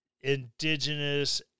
indigenous